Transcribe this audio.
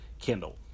Kindle